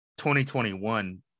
2021